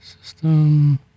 System